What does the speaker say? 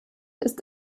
ist